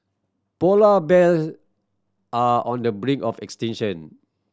polar bear are on the brink of extinction